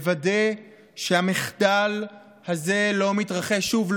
לוודא שהמחדל הזה לא מתרחש שוב,